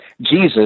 Jesus